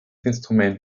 instrument